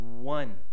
one